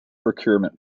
procurement